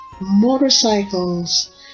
motorcycles